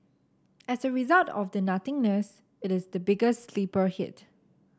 as a result of the nothingness it is the biggest sleeper hit